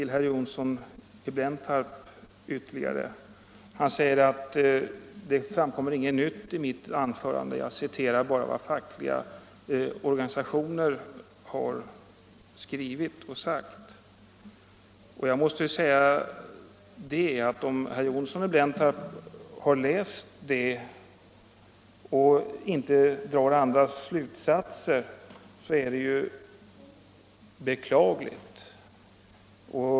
Herr Johnsson påstod att det inte fanns någonting nytt i mitt anförande och att jag bara citerade vad fackliga organisationer har skrivit och sagt. Om herr Johnsson har läst det materialet och inte drar andra slutsatser, är det beklagligt.